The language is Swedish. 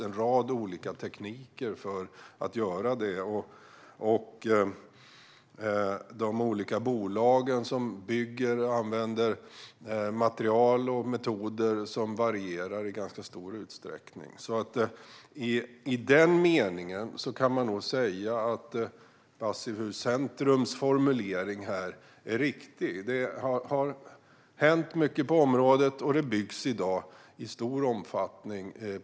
En rad olika tekniker används för att göra det. De olika bolag som bygger dem använder material och metoder som varierar i ganska stor utsträckning. I den meningen kan man nog säga att Passivhuscentrums formulering är riktig; det har hänt mycket på området, och det byggs i dag passivhus i stor omfattning.